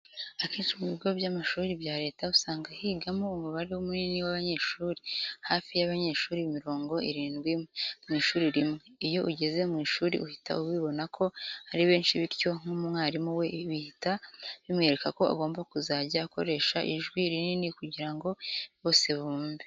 Akenshi mu bigo by'amashuri bya leta usanga higamo umubare munini w'abanyeshuri, hafi y'abanyeshuri mirongo irindwi mu ishuri rimwe. Iyo ugeze mu ishuri uhita ubibona ko ari benshi bityo nk'umwarimu we bihita bimwereka ko agomba kuzajya akoresha ijwi rinini kugira ngo bose bumve.